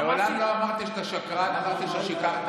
מעולם לא אמרתי שאתה שקרן, אמרתי ששיקרת.